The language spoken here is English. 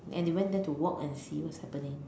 and they went there to walk and see what's happening